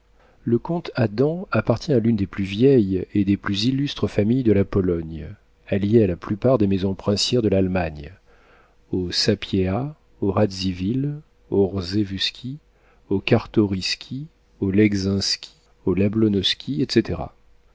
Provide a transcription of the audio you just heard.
le comte adam appartient à l'une des plus vieilles et des plus illustres familles de la pologne alliée à la plupart des maisons princières de l'allemagne aux sapiéha aux radzivill aux rzewuski aux cartoriski aux leczinski aux iablonoski etc